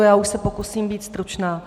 Já už se pokusím být stručná.